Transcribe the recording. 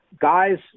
Guys